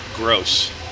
Gross